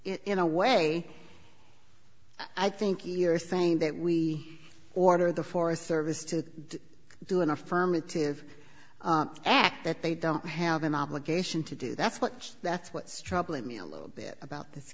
in a way i think the are saying that we order the forest service to do an affirmative act that they don't have an obligation to do that's what that's what's troubling me a little bit about this